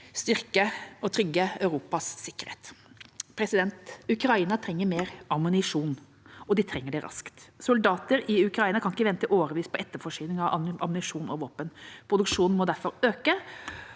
styrke og trygge Europas sikkerhet. Ukraina trenger mer ammunisjon, og de trenger det raskt. Soldater i Ukraina kan ikke vente i årevis på etterforsyning av ammunisjon og våpen. Produksjonen må derfor øke,